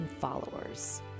followers